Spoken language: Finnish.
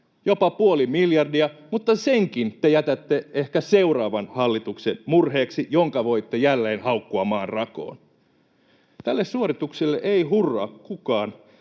jopa puoli miljardia — mutta senkin te jätätte murheeksi ehkä seuraavalle hallitukselle, jonka voitte jälleen haukkua maan rakoon. Tälle suoritukselle ei hurraa kukaan,